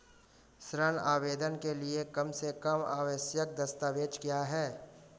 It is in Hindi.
ऋण आवेदन के लिए कम से कम आवश्यक दस्तावेज़ क्या हैं?